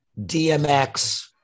DMX